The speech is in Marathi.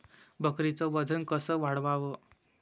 बकरीचं वजन कस वाढवाव?